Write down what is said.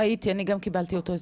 ראיתי, אני גם קיבלתי אותו אתמול.